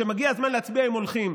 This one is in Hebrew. וכשמגיע הזמן להצביע הם הולכים,